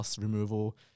removal